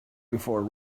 before